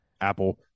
Apple